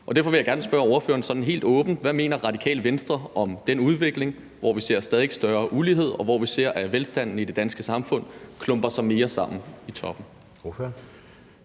Derfor vil jeg gerne spørge ordføreren sådan helt åbent, hvad Radikale Venstre mener om den udvikling, hvor vi ser stadig større ulighed, og hvor vi ser, at velstanden i det danske samfund klumper sig mere sammen i toppen.